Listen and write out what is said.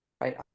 right